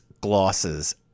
glosses